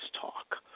talk